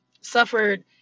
suffered